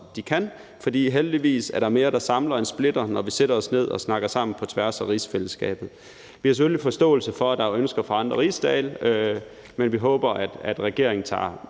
de kan, for heldigvis er der mere, der samler, end der splitter, når vi sætter os ned og snakker sammen på tværs af rigsfællesskabet. Vi har selvfølgelig forståelse for, at der er ønsker fra andre rigsdage, men vi håber, at regeringen tager